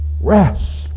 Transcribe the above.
Rest